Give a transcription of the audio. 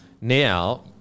Now